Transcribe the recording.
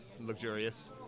luxurious